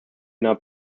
not